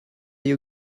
you